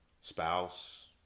Spouse